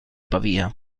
pavia